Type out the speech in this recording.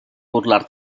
burlar